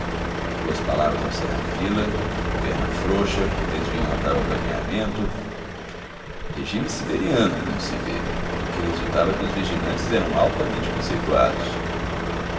duas palavras ao cerra fila perna frouxa desvio notável do alinhamento regime siberiano como se vê do que resultava que os vigilantes eram altamente conceituados